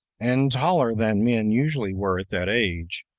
and taller than men usually were at that age,